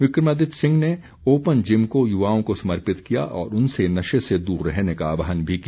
विक्रमादित्य सिंह ने open gym को युवाओं को समर्पित किया और उनसे नशे से दूर रहने का आह्वान भी किया